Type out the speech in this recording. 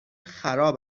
خراب